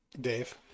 dave